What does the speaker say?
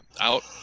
out